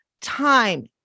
time